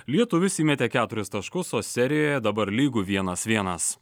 lietuvis įmetė keturis taškus o serijoje dabar lygu vienas vienas